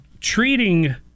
treating